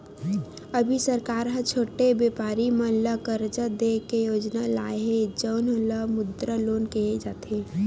अभी सरकार ह छोटे बेपारी मन ल करजा दे के योजना लाए हे जउन ल मुद्रा लोन केहे जाथे